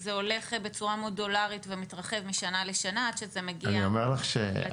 וזה הולך בצורה מודולרית ומתרחב משנה לשנה עד שזה מגיע לתיכון,